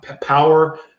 power